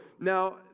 Now